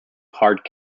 card